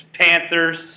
Panthers